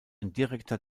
direkter